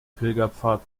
pilgerpfad